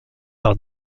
par